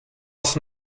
aus